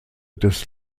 des